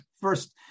first